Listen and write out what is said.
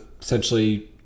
essentially